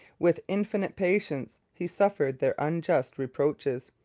with infinite patience he suffered their unjust reproaches.